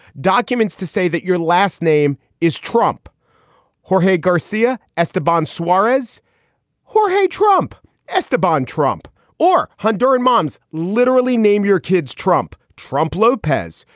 documents to say that your last name is trump whore hey, garcia, esta bond suarez whore. hey, trump s the bond trump or honduran moms literally name your kids. trump, trump, lopez,